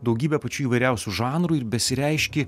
daugybę pačių įvairiausių žanrų ir besireiški